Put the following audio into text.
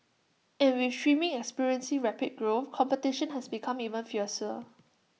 and with streaming experiencing rapid growth competition has become even fiercer